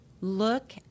look